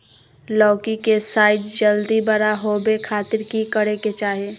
लौकी के साइज जल्दी बड़ा होबे खातिर की करे के चाही?